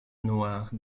noirs